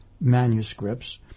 manuscripts